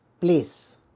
place